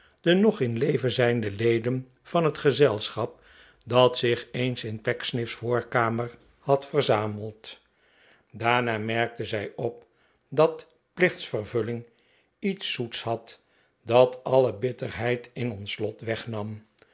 de nog in leven zijnde leden van het gezelschap dat zich eens in pecksniff's voorkamer had verzameld daarna merkte zij op dat plichtsvervulling iets zoets had dat alle bitterheid in ons lot wegnam